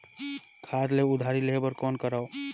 खाद ल उधारी लेहे बर कौन करव?